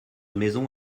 maison